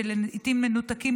שלעיתים מנותקים,